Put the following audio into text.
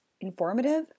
informative